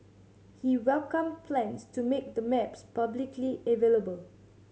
he welcomed plans to make the maps publicly available